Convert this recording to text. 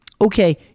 okay